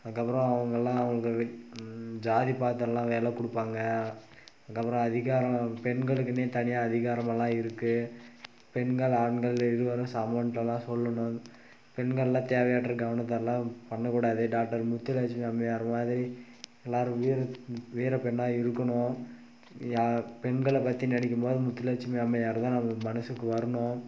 அதுக்கப்புறம் அவங்கள்லாம் அவங்க வி ஜாதி பார்த்தெல்லாம் வேலை கொடுப்பாங்க அதுக்கப்புறம் அதிகாரம் பெண்களுக்கெனே தனியாக அதிகாரம் எல்லாம் இருக்குது பெண்கள் ஆண்கள் இருவரும் சமன்ட்டெல்லாம் சொல்லணும் பெண்களெலாம் தேவையற்ற கவனத்தை எல்லாம் பண்ணக்கூடாது டாக்டர் முத்துலக்ஷ்மி அம்மையார் மாதிரி எல்லாேரும் வீர வீர பெண்ணாக இருக்கணும் யார் பெண்களை பற்றி நினைக்கும் போது முத்துலட்சுமி அம்மையார் தான் நம்மளுக்கு மனசுக்கு வரணும்